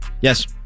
Yes